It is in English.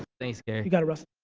thanks gary. you got it russell.